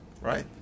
right